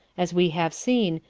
as we have seen,